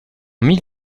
mille